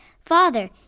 Father